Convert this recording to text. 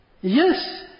Yes